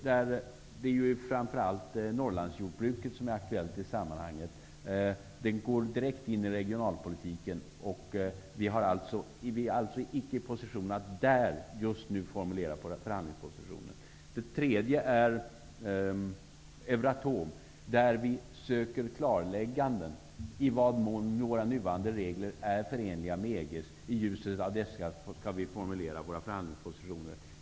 Det är framför allt Norrlandsjordbruket som är aktuellt i sammanhanget. Det går direkt in i regionalpolitiken. Vi är alltså icke i läge att just nu kunna formulera våra förhandlingspositioner. Det tredje området är Euratom där vi söker klarläggande i vad mån våra nuvarande regler är förenliga med EG:s. I ljuset av svaret på detta skall vi formulera våra förhandlingspositioner.